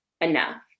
enough